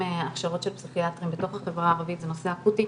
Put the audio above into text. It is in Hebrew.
הכשרות של פסיכיאטרים בתוך החברה הערבית זה נושא אקוטי.